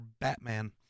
Batman